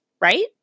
right